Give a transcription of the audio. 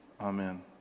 Amen